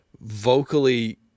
vocally